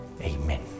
Amen